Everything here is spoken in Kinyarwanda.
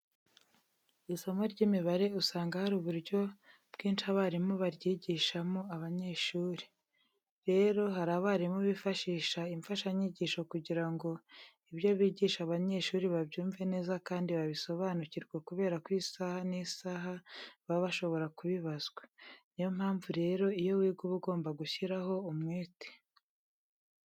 Isomo ry'imibare usanga hari uburyo bwinshi abarimu baryigishamo abanyeshuri. Rero, hari abarimu bifashisha imfashanyigisho kugira ngo ibyo bigisha abanyeshuri babyumve neza kandi babisobanukirwe kubera ko isaha n'isaha baba bashobora kubibazwa. Ni yo mpamvu rero iyo wiga uba ugomba gushyiraho umwete.